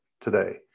today